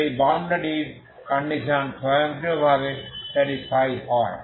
তবে এই বাউন্ডারি র কন্ডিশন টি স্বয়ংক্রিয়ভাবে স্যাটিসফাই হয়